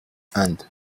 and